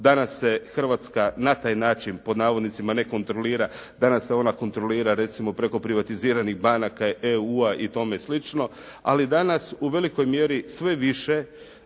danas se Hrvatska na taj način pod navodnicima, ne kontrolira. Danas se ona kontrolira recimo preko privatiziranih banaka, EU-a i tome sl., ali danas u velikoj mjeri sve više